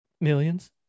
Millions